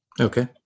Okay